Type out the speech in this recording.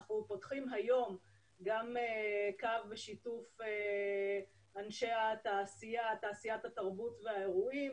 היום אנחנו פותחים גם קו בשיתוף אנשי תעשיית התרבות והאירועים,